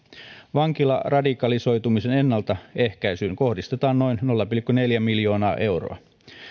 vankilaradikalisoitumisen ennaltaehkäisyyn kohdistetaan noin nolla pilkku neljä miljoonaa euroa